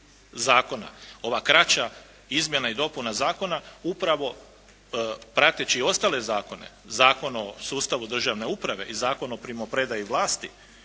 Zakona, ova kraća izmjena i dopuna Zakona upravo prateći ostale zakone, Zakon o sustavu državne uprave i Zakon o primopredaji vlasti